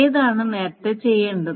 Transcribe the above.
ഏതാണ് നേരത്തെ ചെയ്യേണ്ടത്